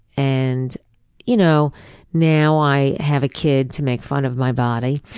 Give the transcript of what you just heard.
and you know now i have a kid to make fun of my body,